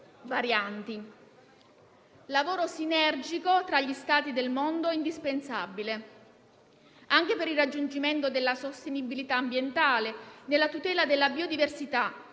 varianti. Un lavoro sinergico tra gli Stati del mondo è indispensabile anche per il raggiungimento della sostenibilità ambientale, della tutela della biodiversità,